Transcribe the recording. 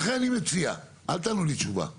לכן אני מציע, אל תענו לי תשובה עכשיו.